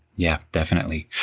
yeah, definitely.